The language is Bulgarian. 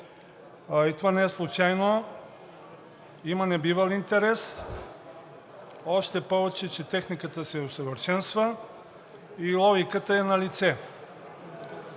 и това не е случайно. Има небивал интерес, още повече, че техниката се усъвършенства и логиката е налице.